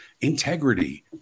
integrity